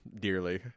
dearly